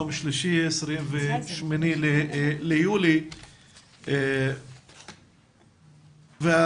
היום יום שלישי, 28 ביולי 2020. על